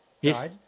Yes